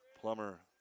Plummer